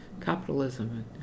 capitalism